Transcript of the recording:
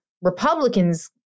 Republicans